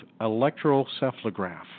electrocephalograph